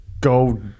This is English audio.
go